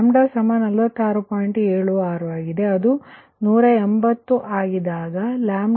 76 ಆಗಿದೆ ಮತ್ತು ಅದು 180 ಆಗಿದ್ದಾಗ ಅದು λ73